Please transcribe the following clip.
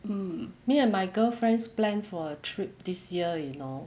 mm me and my girlfriends plan for a trip this year you know